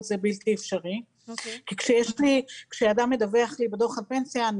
זה בלתי אפשרי כי כשאדם מדווח לי בדוח הפנסיה,